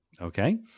okay